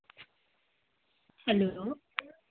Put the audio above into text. hello